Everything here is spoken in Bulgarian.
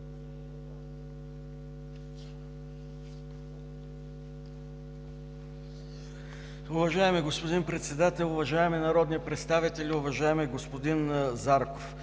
Уважаеми господин Председател, уважаеми народни представители! Уважаеми господин Зарков,